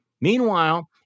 Meanwhile